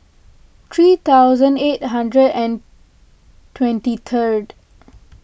three thousand eight hundred and twenty third